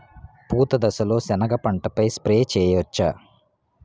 పూత దశలో సెనగ పంటపై స్ప్రే చేయచ్చా?